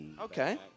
Okay